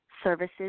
Services